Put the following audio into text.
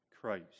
Christ